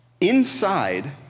Inside